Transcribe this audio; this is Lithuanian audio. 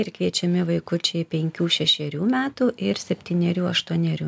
ir kviečiami vaikučiai penkių šešerių metų ir septynerių aštuonerių